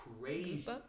crazy